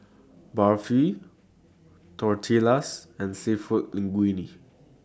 Barfi Tortillas and Seafood Linguine